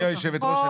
גברתי היושבת-ראש,